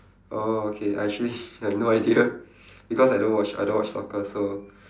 oh okay I actually have no idea because I don't watch I don't watch soccer so